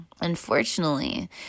Unfortunately